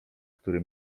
który